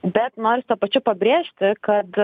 bet norisi tuo pačiu pabrėžti kad